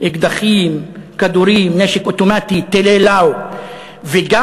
אקדחים, כדורים, נשק אוטומטי, טילי "לאו"; וב.